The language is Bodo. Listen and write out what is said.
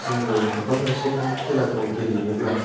जोंबो बबेबा मोनसे नों खेलाखौ गेलेयोब्ला